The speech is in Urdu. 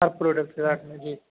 ہر پروڈیکٹ کے ساتھ میں جی